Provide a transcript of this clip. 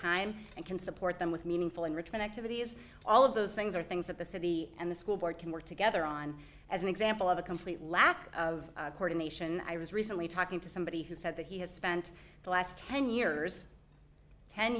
time and can support them with meaningful enrichment activities all of those things are things that the city and the school board can work together on as an example of a complete lack of coordination i was recently talking to somebody who said that he has spent the last ten years ten